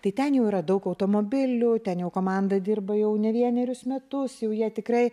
tai ten jau yra daug automobilių ten jau komanda dirba jau ne vienerius metus jau jie tikrai